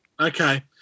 Okay